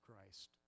Christ